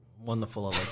Wonderful